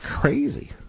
crazy